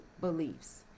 beliefs